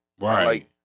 Right